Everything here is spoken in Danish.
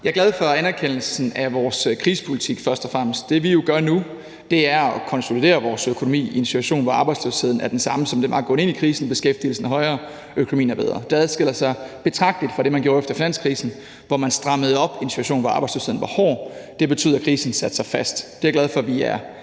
(S): Jeg er først og fremmest glad for anerkendelsen af vores krisepolitik. Det, vi jo gør nu, er at konsolidere vores økonomi i en situation, hvor arbejdsløsheden er den samme, som den var, da vi gik ind i krisen. Beskæftigelsen er højere, økonomien er bedre. Det adskiller sig betragteligt fra det, man gjorde efter finanskrisen, hvor man strammede op i en situation, hvor arbejdsløsheden var hård. Det betød, at krisen satte sig fast. Det er jeg glad for at vi er